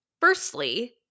firstly